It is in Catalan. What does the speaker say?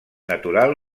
natural